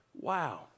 Wow